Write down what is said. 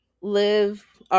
live